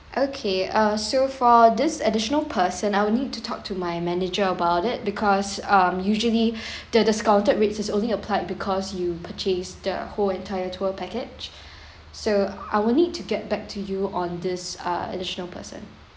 okay uh so for this additional person I will need to talk to my manager about it because um usually the discounted rates is only applied because you purchase the whole entire tour package so I will need to get back to you on this uh additional person